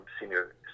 senior